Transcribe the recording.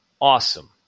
awesome